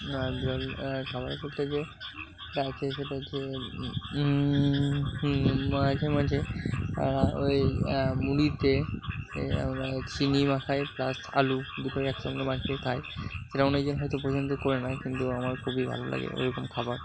খাবার করতে গিয়ে রাখে সেটা হচ্ছে মাঝে মাঝে ওই মুড়িতে আমরা চিনি মাখাই প্লাস আলু দুটোই এক সঙ্গে মাখিয়ে খাই সেটা অনেকে হয়তো পছন্দ করে না কিন্তু আমার খুবই ভালো লাগে ওই রকম খাবার